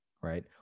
right